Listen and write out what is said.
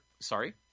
Sorry